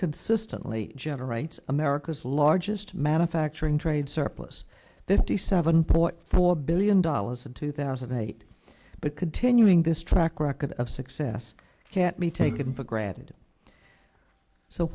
consistently generates america's largest manufacturing trade surplus this the seven point four billion dollars in two thousand and eight but continuing this track record of success can't be taken for granted so